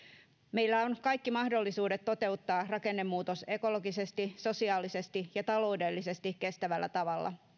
meillä on kaikki mahdollisuudet toteuttaa rakennemuutos ekologisesti sosiaalisesti ja taloudellisesti kestävällä tavalla